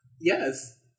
Yes